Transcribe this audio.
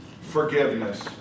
Forgiveness